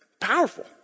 powerful